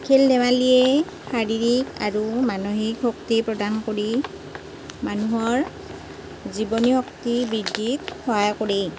খেল ধেমালিয়েই শাৰীৰিক আৰু মানসিক শক্তি প্ৰদান কৰি মানুহৰ জীৱনী শক্তি বৃদ্ধিত সহায় কৰে